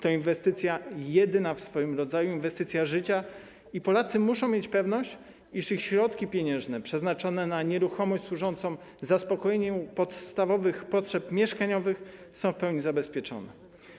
To inwestycja jedyna w swoim rodzaju, inwestycja życia, i Polacy muszą mieć pewność, iż ich środki pieniężne przeznaczone na nieruchomość będą służyć zaspokojeniu podstawowych potrzeb mieszkaniowych i są w pełni zabezpieczone.